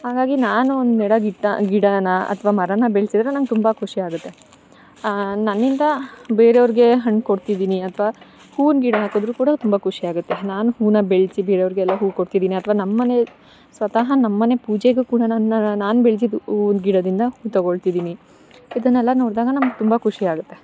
ಹಾಗಾಗಿ ನಾನು ಒಂದು ನೆಟ್ಟ ಗಿಟ್ಟ ಗಿಡನ ಅಥ್ವ ಮರನ ಬೆಳೆಸಿದ್ರೆ ನನಗೆ ತುಂಬ ಖುಶಿಯಾಗುತ್ತೆ ನನ್ನಿಂದ ಬೇರವ್ರಿಗೆ ಹಣ್ಣು ಕೊಡ್ತಿದೀನಿ ಅಥ್ವ ಹೂವಿನ ಗಿಡ ಹಾಕಿದರು ಕೂಡ ತುಂಬ ಖುಶಿಯಾಗುತ್ತೆ ನಾನು ಹೂನ ಬೆಳೆಸಿ ಬೇರೆಯವ್ರಿಗೆ ಎಲ್ಲ ಹೂ ಕೊಡ್ತಿದ್ದೀನಿ ಅಥ್ವಾ ನಮ್ಮ ಮನೆ ಸ್ವತಃ ನಮ್ಮ ಮನೆ ಪೂಜೆಗು ಕೂಡ ನನ್ನ ನಾನು ಬೆಳೆಸಿದ್ದು ಹೂನ ಗಿಡದಿಂದ ತೊಗೊಳ್ತಿದ್ದಿನಿ ಇದನ್ನೆಲ್ಲ ನೋಡ್ದಾಗ ನಮ್ಗೆ ತುಂಬ ಖುಶಿಯಾಗುತ್ತೆ